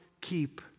keep